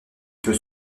peux